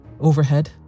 Overhead